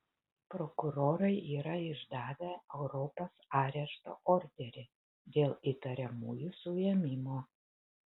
prokurorai yra išdavę europos arešto orderį dėl įtariamųjų suėmimo